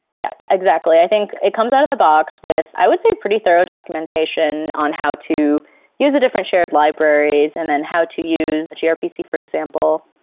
yeah yeah exactly. i think it comes out-of-the-box with i would say pretty thorough documentation on how to use a different shared libraries and then how to use grpc, for example,